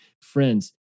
Friends